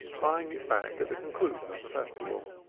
buying it back at the conclusion of the festival.